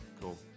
Cool